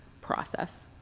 process